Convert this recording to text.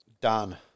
Done